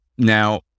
Now